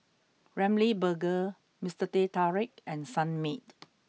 Ramly Burger Mister Teh Tarik and Sunmaid